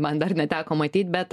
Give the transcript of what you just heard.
man dar neteko matyt bet